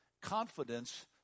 confidence